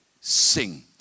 sing